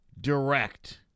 direct